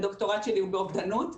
הדוקטורט שלי הוא באובדנות,